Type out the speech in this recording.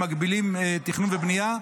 שמגבילים תכנון ובנייה.